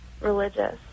religious